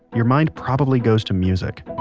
your mind probably goes to music.